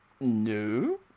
No